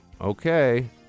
Okay